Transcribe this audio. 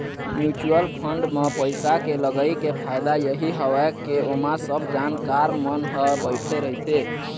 mutual fund म पइसा के लगई के फायदा यही हवय के ओमा सब जानकार मन ह बइठे रहिथे